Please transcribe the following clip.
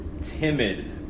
timid